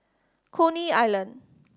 Coney Island